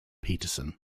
petersen